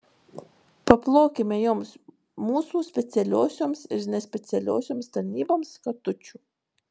paplokime joms mūsų specialiosioms ir nespecialiosioms tarnyboms katučių